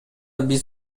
биз